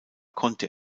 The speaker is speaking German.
konnte